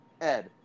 Ed